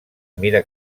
mira